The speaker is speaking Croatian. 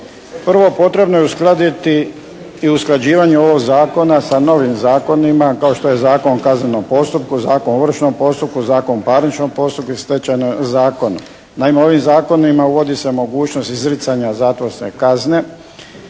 Prvo, potrebno je uskladiti i usklađivanje ovog zakona sa novim zakonima, kao što je Zakon o kaznenom postupku, Zakon o ovršnom postupku, Zakon o parničnom postupku i slični zakoni. Naime, ovim zakonima uvodi se mogućnost izricanja zatvorske kazne,